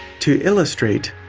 to illustrate,